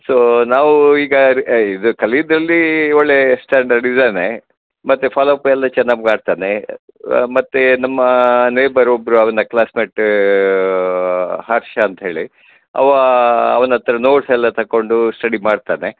so ನಾವು ಈಗ ಇದು ಕಲಿಯುದ್ರಲ್ಲಿ ಒಳ್ಳೆಯ ಸ್ಟ್ಯಾಂಡರ್ಡ್ ಇದ್ದಾನೆ ಮತ್ತು ಫಾಲೋಅಪ್ಪೆಲ್ಲ ಚೆನ್ನಾಗಿ ಮಾಡ್ತಾನೆ ಮತ್ತು ನಮ್ಮ ನೇಬರ್ ಒಬ್ಬರು ಅವನ ಕ್ಲಾಸ್ಮೆಟ್ಟೂ ಹರ್ಷ ಅಂತೇಳಿ ಅವ ಅವ್ನ ಹತ್ತಿರ ನೋಟ್ಸೆಲ್ಲ ತಕೊಂಡು ಸ್ಟಡಿ ಮಾಡ್ತಾನೆ